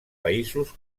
països